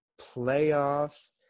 playoffs